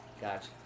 gotcha